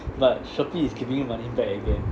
but Shopee is giving you money back again